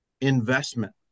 investment